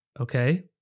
Okay